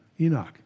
Enoch